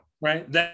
Right